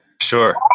Sure